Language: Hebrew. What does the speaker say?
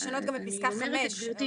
אני אומרת לגברתי,